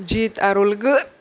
जीत अरुलग